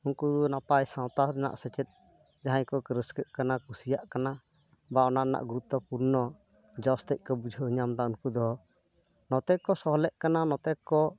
ᱩᱱᱠᱩ ᱫᱚ ᱱᱟᱯᱟᱭ ᱥᱟᱶᱛᱟ ᱨᱮᱱᱟᱜ ᱥᱮᱪᱮᱫ ᱡᱟᱦᱟᱸᱭ ᱠᱚᱠᱚ ᱨᱟᱹᱥᱠᱟᱹᱜ ᱠᱟᱱᱟ ᱠᱩᱥᱤᱭᱟᱜ ᱠᱟᱱᱟ ᱵᱟ ᱚᱱᱟ ᱨᱮᱱᱟᱜ ᱜᱩᱨᱩᱛᱛᱚ ᱯᱩᱨᱱᱚ ᱡᱚᱥ ᱛᱮᱫ ᱠᱚ ᱵᱩᱡᱷᱟᱹᱣ ᱧᱟᱢᱫᱟ ᱩᱱᱠᱩ ᱫᱚ ᱱᱚᱛᱮ ᱠᱚ ᱥᱚᱞᱦᱮᱜ ᱠᱟᱱᱟ ᱱᱚᱛᱮ ᱠᱚ